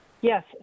Yes